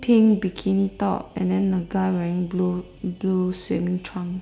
pink bikini top and then the guy wearing blue blue swimming trunks